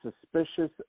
suspicious